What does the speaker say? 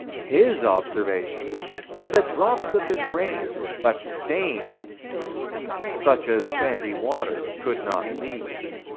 his observations are that drops of this rain left stains such as sandy water could not leave.